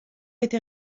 été